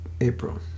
April